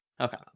Okay